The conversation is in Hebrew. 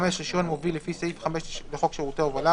(25)רישיון מוביל לפי סעיף 5 לחוק שירותי הובלה,